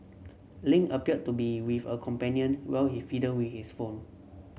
Lin appeared to be with a companion while he fiddled we his phone